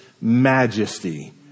majesty